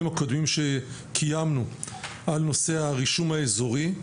הקודמים שקיימנו על נושא הרישום האזורי,